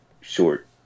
short